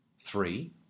three